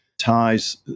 ties